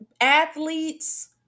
athletes